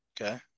Okay